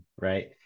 right